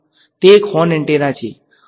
તે એક horn antenna છે